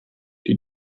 die